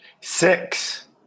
Six